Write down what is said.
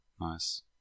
nice